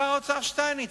שר האוצר שטייניץ,